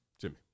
Jimmy